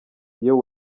iyo